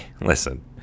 Listen